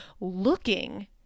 looking